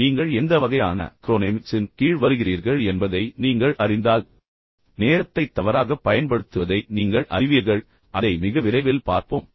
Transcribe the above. உண்மையில் நீங்கள் எந்த வகையான க்ரோனேமிக்சின் கீழ் வருகிறீர்கள் என்பதை நீங்கள் அறிந்தால் நேரத்தை தவறாகப் பயன்படுத்துவதை நீங்கள் அறிவீர்கள் அதை மிக விரைவில் பார்ப்போம்